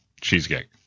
cheesecake